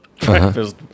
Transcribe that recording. breakfast